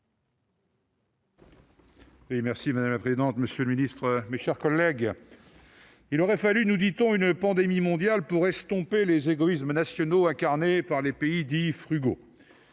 Madame la présidente, monsieur le secrétaire d'État, mes chers collègues, il aura fallu, nous dit-on, une pandémie mondiale pour estomper les égoïsmes nationaux incarnés par les pays dits « frugaux